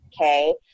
okay